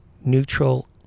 Neutral